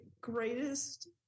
greatest